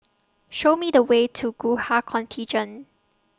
Show Me The Way to Gurkha Contingent